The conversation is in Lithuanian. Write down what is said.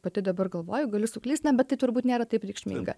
pati dabar galvoju galiu suklyst na bet tai turbūt nėra taip reikšminga